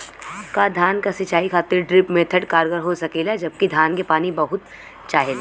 का धान क सिंचाई खातिर ड्रिप मेथड कारगर हो सकेला जबकि धान के पानी बहुत चाहेला?